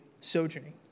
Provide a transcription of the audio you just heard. sojourning